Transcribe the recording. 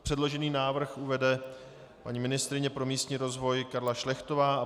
Předložený návrh uvede paní ministryně pro místní rozvoj Karla Šlechtová.